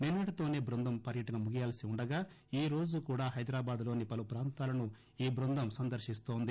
నిన్నటితోనే బృందం పర్యటన ముగియాల్పి ఉండగా ఈ రోజు కూడా హైదరాబాద్ లోని పలు ప్రాంతాలను ఈ బృందం సందర్శిస్తోంది